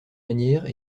manières